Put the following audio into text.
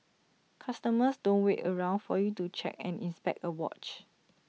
customers don't wait around for you to check and inspect A watch